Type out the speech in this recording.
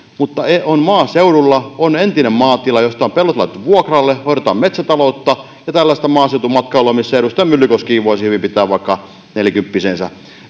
mutta on maaseudulla on entinen maatila josta on pellot laitettu vuokralle jossa hoidetaan metsätaloutta ja on tällaista maaseutumatkailua siellä edustaja myllykoskikin voisi hyvin pitää vaikka nelikymppisensä